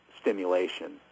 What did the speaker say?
stimulation